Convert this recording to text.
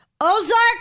Ozark